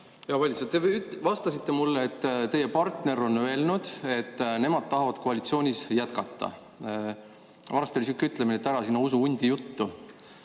Hea valitseja! Te vastasite mulle, et teie partner on öelnud, et nemad tahavad koalitsioonis jätkata. Vanasti oli sihuke ütlemine, et ära sina usu hundi juttu.